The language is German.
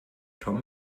tom